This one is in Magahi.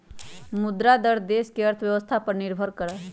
मुद्रा दर देश के अर्थव्यवस्था पर निर्भर करा हई